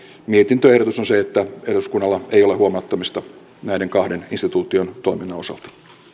mietintöehdotus on se että eduskunnalla ei ole huomauttamista näiden kahden instituution toiminnan osalta